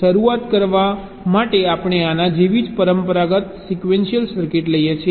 શરૂઆત કરવા માટે આપણે આના જેવી જ પરંપરાગત સિક્વેન્શિયલ સર્કિટ લઈએ છીએ